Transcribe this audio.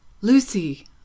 Lucy